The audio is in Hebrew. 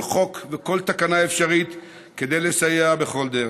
חוק וכל תקנה אפשרית כדי לסייע בכל דרך.